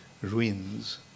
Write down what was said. ruins